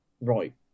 right